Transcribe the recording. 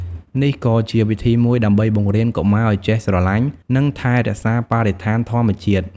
នេះក៏ជាវិធីមួយដើម្បីបង្រៀនកុមារឲ្យចេះស្រឡាញ់និងថែរក្សាបរិស្ថានធម្មជាតិ។